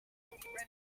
cye